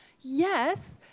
Yes